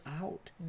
out